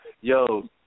yo